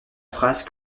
phrase